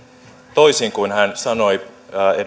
toisin kuin pääministeri sipilä sanoi